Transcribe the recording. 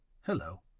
Hello